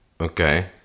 Okay